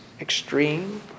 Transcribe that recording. extreme